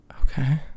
Okay